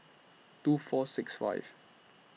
two four six five